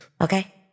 Okay